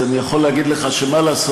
אז אני יכול להגיד לך שמה לעשות,